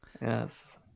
Yes